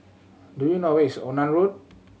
do you know where is Onan Road